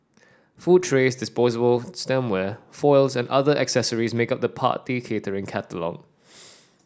food trays disposable stemware foils and other accessories make up the party catering catalogue